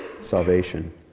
salvation